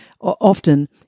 often